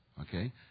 okay